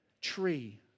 tree